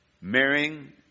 marrying